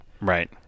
Right